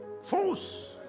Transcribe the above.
force